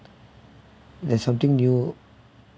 there something new